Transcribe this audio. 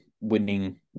winning